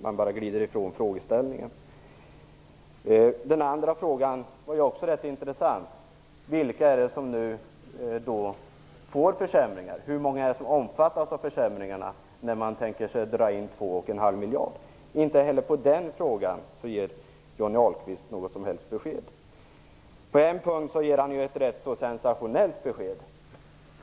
Man bara glider ifrån frågeställningen. Den andra frågan är också ganska intressant. Vilka är det som nu blir drabbade av försämringarna när 2,5 miljarder skall dras in? Inte heller på den frågan ger Johnny Ahlqvist något som helst besked. På en punkt ger han däremot ett ganska sensationellt besked.